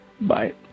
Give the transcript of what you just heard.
Bye